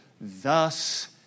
Thus